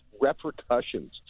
repercussions